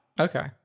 Okay